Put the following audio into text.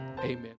amen